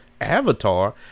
Avatar